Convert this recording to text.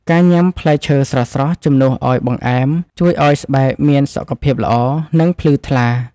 ការញ៉ាំផ្លែឈើស្រស់ៗជំនួសឱ្យបង្អែម ជួយឱ្យស្បែកមានសុខភាពល្អ និងភ្លឺថ្លា។